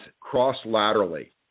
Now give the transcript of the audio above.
cross-laterally